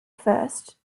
first